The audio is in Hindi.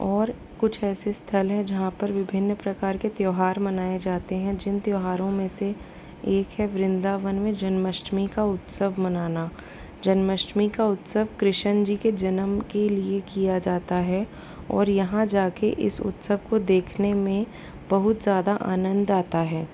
और कुछ ऐसे स्थल हैं जहाँ पर विभिन्न प्रकार के त्योहार मनाए जाते हैं जिन त्योहारों में से एक है वृंदावन में जन्माष्टमी का उत्सव मनाना जन्माष्टमी का उत्सव कृष्ण जी के जन्म के लिए किया जाता है और यहाँ जाके इस उत्सव को देखने में बहुत ज़ादा आनंद आता है